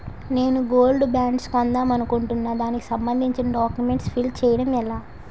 నేను gold bonds కొందాం అనుకుంటున్నా దానికి సంబందించిన డాక్యుమెంట్స్ ఫిల్ చేయడం ఎలా?